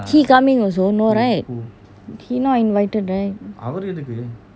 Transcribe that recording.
he coming also no right he not invited right